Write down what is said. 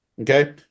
Okay